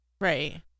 Right